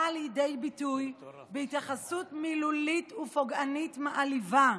באה לידי ביטוי בהתייחסות מילולית פוגענית ומעליבה,